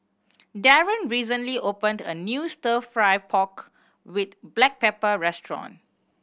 Darron recently opened a new Stir Fry pork with black pepper restaurant